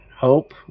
Hope